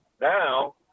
Now